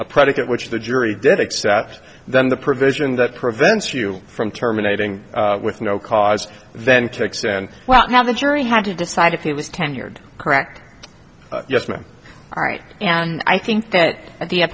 a predicate which the jury did accept then the provision that prevents you from terminating with no cause then kicks in well now the jury had to decide if he was tenured correct yes ma'am all right and i think that the